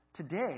Today